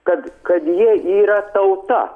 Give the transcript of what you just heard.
kad kad jie yra tauta